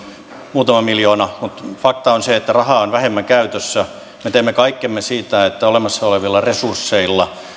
muutama miljoona mutta fakta on se että rahaa on vähemmän käytössä me teemme kaikkemme että olemassa olevilla resursseilla me